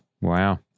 Wow